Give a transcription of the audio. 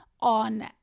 on